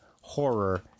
horror